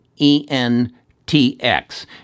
E-N-T-X